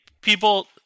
people